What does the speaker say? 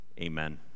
Amen